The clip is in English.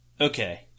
Okay